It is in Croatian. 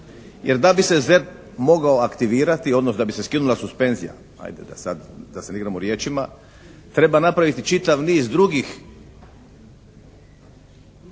jer da bi se ZERP mogao aktivirati odnosno da bi se skinula suspenzija, ajde da sad da se ne igramo riječima treba napraviti čitav niz drugih